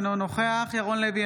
אינו נוכח ירון לוי,